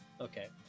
okay